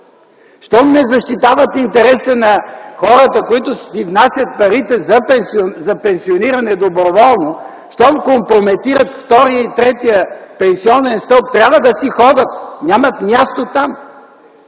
Щом не защитават интересите на хората, които си внасят парите за пенсиониране доброволно, щом компрометират втория и третия пенсионен стълб, трябва да си ходят! Нямат място там,